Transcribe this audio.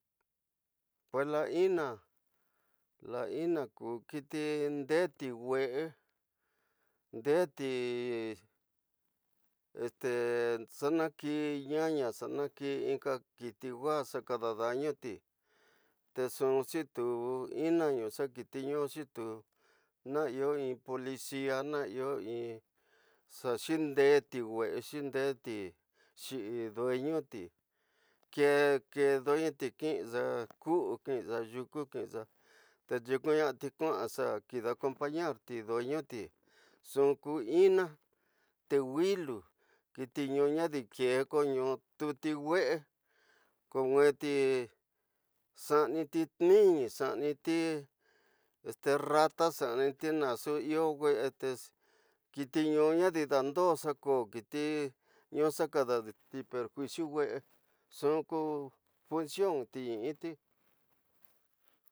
Pues laina, laina ke kiti ndeti wee, ndeti, xa naki ñaña, xa inka kih’ wa ka kada deroh femal, ñu inxa xakit’ iñetiv iña iye in policia, na ñu kindeti’ kiti duet que deroh, kininxa kuu, kininxa yuku, kininxa ñu like rarati king h’ xa kida acompañant ñu sepen ñu, te nxu kiti mete ñu kom. Nwese ko nweti nxanti ni, xaaniñi, ñala, xaaniñi, naxu iyo wesetandi, dando xo’ ke kiti, iyo xa kada perjuicio wese nxu ku función initi.